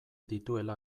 dituela